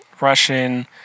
Russian